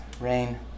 Rain